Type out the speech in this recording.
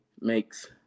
makes